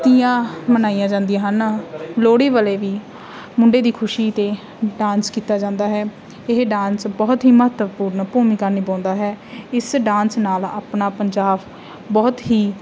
ਤੀਆਂ ਮਨਾਈਆਂ ਜਾਂਦੀਆਂ ਹਨ ਲੋਹੜੀ ਵਾਲੇ ਵੀ ਮੁੰਡੇ ਦੀ ਖੁਸ਼ੀ 'ਤੇ ਡਾਂਸ ਕੀਤਾ ਜਾਂਦਾ ਹੈ ਇਹ ਡਾਂਸ ਬਹੁਤ ਹੀ ਮਹੱਤਵਪੂਰਨ ਭੂਮਿਕਾ ਨਿਭਾਉਂਦਾ ਹੈ ਇਸ ਡਾਂਸ ਨਾਲ ਆਪਣਾ ਪੰਜਾਬ ਬਹੁਤ ਹੀ